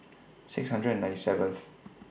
six hundred and ninety seventh